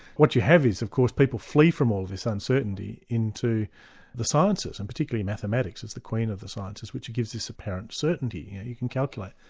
what you have is of course people flee from all this uncertainty into the sciences, and particularly mathematics as the queen of the sciences, which gives this apparent certainty. you can calculate.